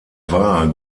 war